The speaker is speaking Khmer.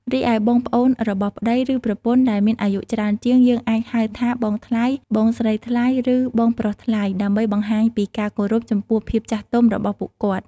រីឯបងប្អូនរបស់ប្ដី ឬប្រពន្ធដែលមានអាយុច្រើនជាង យើងអាចហៅថា បងថ្លៃ, បងស្រីថ្លៃ ឬ បងប្រុសថ្លៃ ដើម្បីបង្ហាញពីការគោរពចំពោះភាពចាស់ទុំរបស់ពួកគាត់។